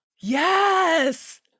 yes